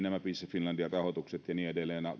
finlandin rahoitukset ja niin edelleen